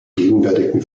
gegenwärtigen